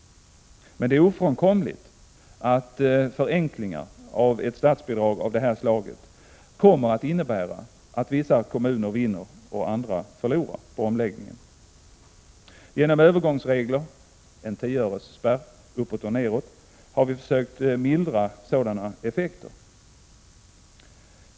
Men det är ofrånkomligt att förenklingar av ett statsbidrag av det här slaget kommer att innebära att vissa kommuner vinner och andra förlorar på omläggningen. Genom övergångsregler — en tioöresspärr uppåt och nedåt — har vi försökt mildra sådana effekter.